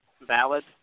valid